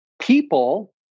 People